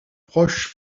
proche